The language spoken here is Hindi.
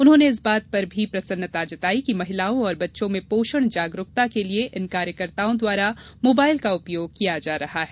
उन्होंने इस बात पर भी प्रसन्नता जताई कि महिलाओं और बच्चों में पोषण जागरुकता के लिए इन कार्यकर्ताओं द्वारा मोबाइल का उपयोग किया जा रहा है